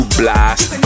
blast